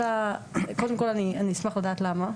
קודם כל אני אשמח לדעת למה,